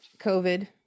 covid